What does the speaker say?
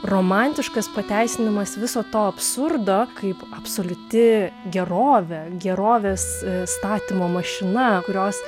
romantiškas pateisinimas viso to absurdo kaip absoliuti gerovė gerovės įstatymo mašina kurios